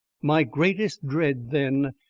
my greatest dread then,